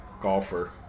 golfer